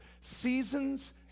seasons